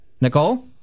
Nicole